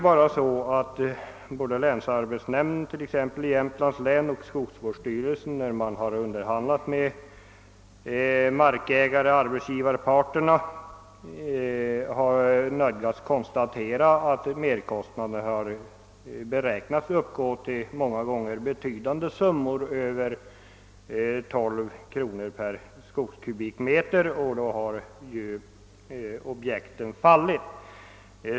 När länsarbetsnämnden i Jämtlands län och skogsvårdsstyrelsen började underhandla med markägare och arbetsgivare nödgades de konstatera att merkostnaderna många gånger skulle bli betydligt högre än 12 kronor per skogskubikmeter, och då föll objekten ofta bort.